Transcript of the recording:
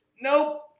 Nope